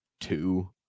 two